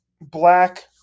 black